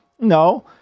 No